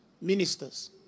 ministers